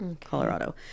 Colorado